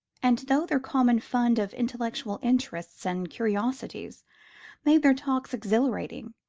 and though their common fund of intellectual interests and curiosities made their talks exhilarating,